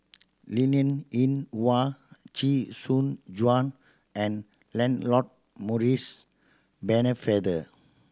Linn In Hua Chee Soon Juan and Lancelot Maurice Pennefather